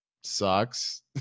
sucks